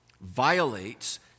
violates